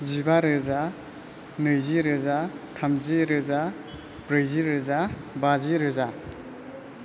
जिबा रोजा नैजि रोजा थामजि रोजा ब्रैजि रोजा बाजि रोजा